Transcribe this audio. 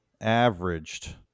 averaged